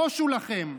בושו לכם.